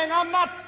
and i'm not